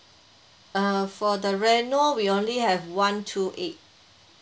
err for the reno we only have one two eight